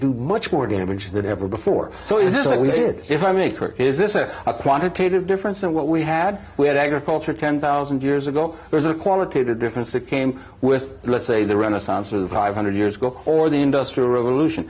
do much more damage than ever before so is this like we did if i make or is this a a quantitative difference and what we had we had agriculture ten thousand years ago there's a qualitative difference that came with the let's say the renaissance or the five hundred years ago or the industrial revolution